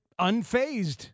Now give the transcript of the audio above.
unfazed